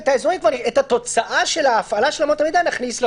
את תוצאת ההפעלה נכניס לחוק.